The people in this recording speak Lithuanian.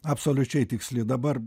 absoliučiai tiksli dabar